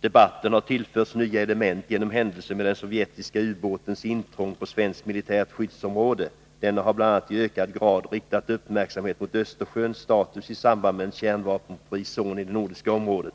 ”Debatten har tillförts nya element genom händelsen med den sovjetiska ubåtens intrång på svenskt militärt skyddsområde. Denna har bl.a. i ökad grad riktat uppmärksamheten mot Östersjöns status i samband med en kärnvapenfri zon i det nordiska området.